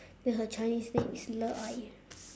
then her chinese name is le